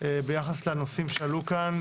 ביחס לנושאים שעלו כאן,